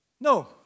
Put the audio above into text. no